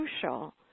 crucial